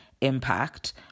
impact